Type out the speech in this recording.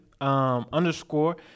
Underscore